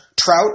Trout